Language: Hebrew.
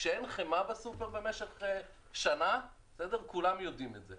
כשאין חמאה בסופר במשך שנה, כולם יודעים את זה.